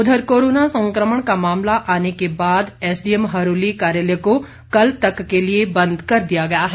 उधर कोरोना संक्रमण का मामला आने के बाद एसडीएम हरोली कार्यालय को कल तक के लिए बंद कर दिया गया है